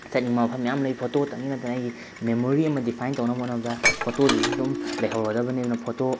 ꯆꯠꯅꯤꯡꯅ ꯃꯐꯝ ꯃꯌꯥꯝ ꯂꯩ ꯐꯣꯇꯣꯇꯪꯒꯤ ꯅꯠꯇꯅ ꯑꯩꯒꯤ ꯃꯦꯃꯣꯔꯤ ꯑꯃ ꯗꯤꯐꯥꯏꯟ ꯇꯧꯅꯕ ꯍꯣꯠꯅꯕꯗ ꯐꯣꯇꯣꯁꯤꯁꯨ ꯑꯗꯨꯝ ꯂꯩꯍꯧꯔꯗꯕꯅꯤ ꯑꯗꯨꯅ ꯐꯣꯇꯣ